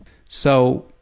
so,